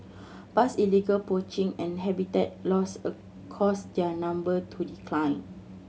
past illegal poaching and habitat loss a caused their number to decline